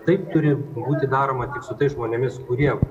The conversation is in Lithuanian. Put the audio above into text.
taip turi būti daroma tik su tais žmonėmis kurie